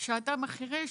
שהאדם החירש,